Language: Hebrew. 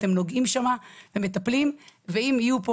אתם נוגעים שם במטפלים ואם יהיו פה